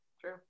true